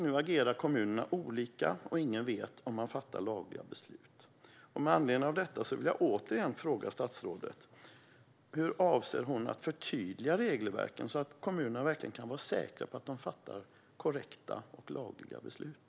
Nu agerar kommunerna olika, och ingen vet om man fattar lagliga beslut. Med anledning av detta vill jag återigen fråga: Hur avser statsrådet att förtydliga regelverken, så att kommunerna verkligen kan vara säkra på att de fattar korrekta och lagliga beslut?